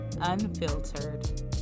Unfiltered